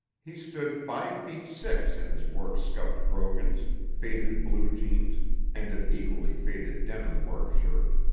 he stood five feet six in his work-scuffed brogans, faded blue jeans and an equally faded denim work shirt.